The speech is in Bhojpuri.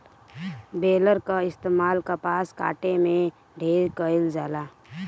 बेलर कअ इस्तेमाल कपास काटे में ढेर कइल जाला